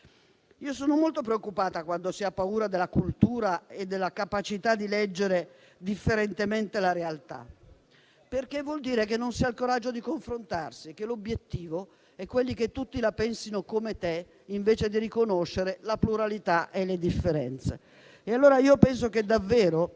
Io sono molto preoccupata quando si ha paura della cultura e della capacità di leggere differentemente la realtà, perché vuol dire che non si ha il coraggio di confrontarsi e che l'obiettivo è quello che tutti la pensino allo stesso modo, anziché riconoscere la pluralità e le differenze.